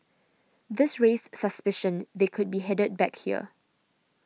this raised suspicion they could be headed back here